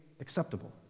acceptable